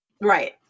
Right